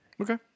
Okay